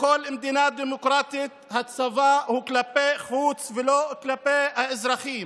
בכל מדינה דמוקרטית הצבא הוא כלפי חוץ ולא כלפי האזרחים.